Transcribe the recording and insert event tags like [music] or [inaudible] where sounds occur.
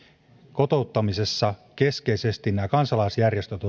kotouttamisessa kansalaisjärjestöt [unintelligible]